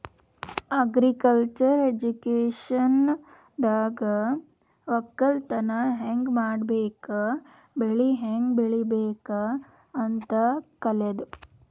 agriculture ಎಜುಕೇಶನ್ದಾಗ್ ವಕ್ಕಲತನ್ ಹ್ಯಾಂಗ್ ಮಾಡ್ಬೇಕ್ ಬೆಳಿ ಹ್ಯಾಂಗ್ ಬೆಳಿಬೇಕ್ ಅಂತ್ ಕಲ್ಯಾದು